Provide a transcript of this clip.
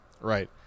Right